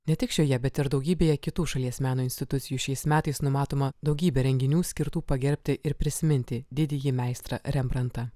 ne tik šioje bet ir daugybėje kitų šalies meno institucijų šiais metais numatoma daugybė renginių skirtų pagerbti ir prisiminti didįjį meistrą rembrantą